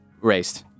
raised